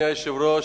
השר,